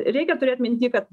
reikia turėt minty kad